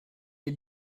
les